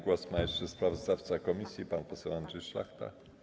Głos ma jeszcze sprawozdawca komisji pan poseł Andrzej Szlachta.